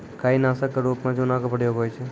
काई नासक क रूप म चूना के प्रयोग होय छै